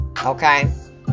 Okay